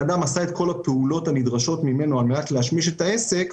אדם עשה את כל הפעולות הנדרשות ממנו על מנת להשמיש את הנכס,